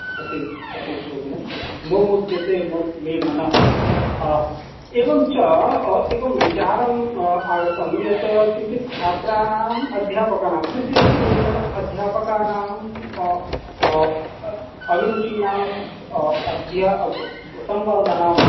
अतीव अतीव शोभनं मोमुद्यते मो मे मनः एवञ्च एवं विचारः आगतः यत् किञ्चित् छात्राणाम् अध्यापकानां विशेषरूपेण अध्यापकानां अभिरुचीनाम् अद्य संवर्धनम्